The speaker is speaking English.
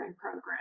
program